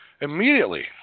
Immediately